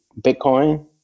bitcoin